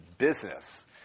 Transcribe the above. business